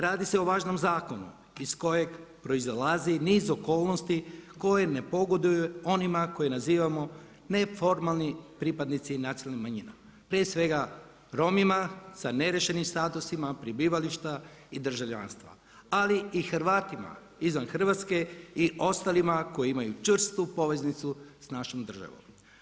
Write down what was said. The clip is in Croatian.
Radi se o važnom zakonu iz kojeg proizlazi niz okolnosti koje ne pogoduju onima koje nazivamo neformalni pripadnici nacionalnih manjina, prije svega Romima sa neriješenim statusom prebivališta i državljanstva, ali i Hrvatima izvan Hrvatske i ostalima koji imaju čvrstu poveznicu s našom državom.